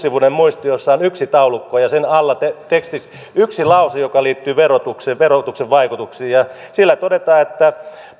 sivuinen muistio jossa on yksi taulukko ja sen alla yksi lause joka liittyy verotuksen verotuksen vaikutuksiin siellä todetaan että